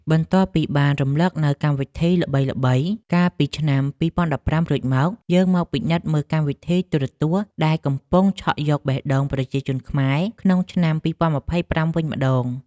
បន្ទាប់ពីបានរំលឹកនូវកម្មវិធីល្បីៗកាលពី ឆ្នាំ ២០១៥ រួចមក យើងមកពិនិត្យមើលកម្មវិធីទូរទស្សន៍ដែលកំពុងឆក់យកបេះដូងប្រជាជនខ្មែរក្នុងឆ្នាំ ២០២៥ វិញម្តង។